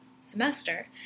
semester